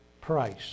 price